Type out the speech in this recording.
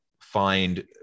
find